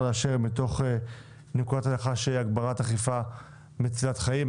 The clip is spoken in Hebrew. לאשר מתוך נקודת הנחה שהגברת אכיפה מצילת חיים,